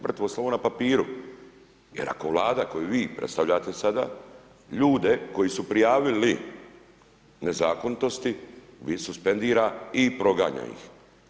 Mrtvo slovo na papiru jer ako Vlada koju vi predstavljate sada, ljude koji su prijavili nezakonitosti, vi suspendira i proganja ih.